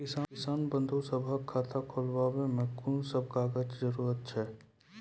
किसान बंधु सभहक खाता खोलाबै मे कून सभ कागजक जरूरत छै?